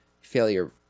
failure